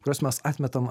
kuriuos mes atmetam